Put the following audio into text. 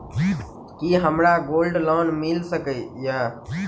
की हमरा gold loan मिल सकैत ये?